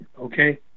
okay